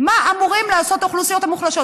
מה אמורות לעשות האוכלוסיות המוחלשות?